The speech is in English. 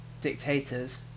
dictators